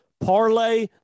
parlay